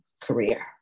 career